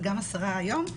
וגם השרה היום,